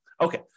Okay